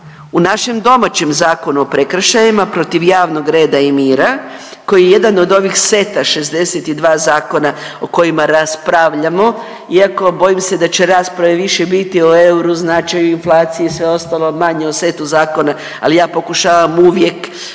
u našem domaćem Zakonu o prekršajima protiv javnog reda i mira koji je jedan od ovih seta 62 zakona o kojima raspravljamo iako bojim se da će rasprave više biti o euru značaju, inflaciji i sve ostalo manje o setu zakona ali ja pokušavam uvijek